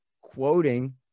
quoting